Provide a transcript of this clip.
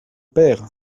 pères